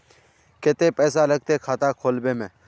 केते पैसा लगते खाता खुलबे में?